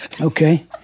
Okay